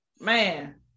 man